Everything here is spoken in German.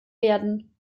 werden